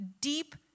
deep